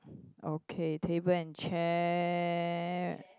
okay table and chair